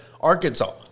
Arkansas